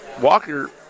Walker